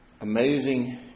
amazing